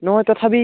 নহয় তথাপি